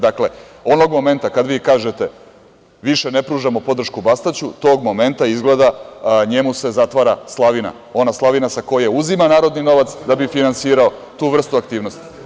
Dakle, onog momenta kad vi kažete – više ne pružamo podršku Bastaću, tog momenta izgleda njemu se zatvara slavina, ona slavina sa koje uzima narodni novac da bi finansirao tu vrstu aktivnosti.